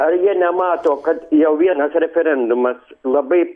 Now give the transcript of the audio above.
ar jie nemato kad jau vienas referendumas labai